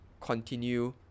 Continue